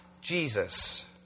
Jesus